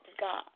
God